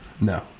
No